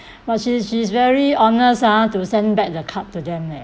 but she's she's very honest ah to send back the card to them leh